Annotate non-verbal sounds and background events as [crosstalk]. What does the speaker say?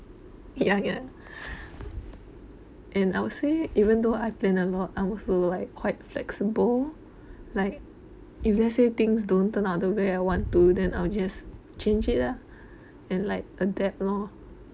ya ya [breath] and I would say even though I plan a lot i'm also like quite flexible like if let's say things don't turn out the way I want to then I would just change it ah and like adapt lor